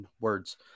words